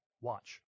Watch